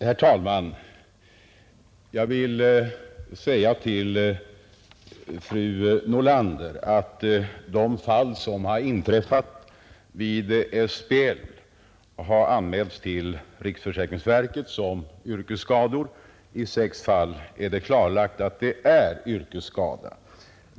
Herr talman! Jag vill säga till fru Nordlander att de fall som inträffat vid statens bakteriologiska laboratorium har anmälts till riksförsäkringsverket som yrkesskador, och i sex fall är det klarlagt att det rör sig om yrkesskada.